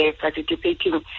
participating